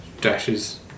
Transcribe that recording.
dashes